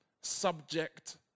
subject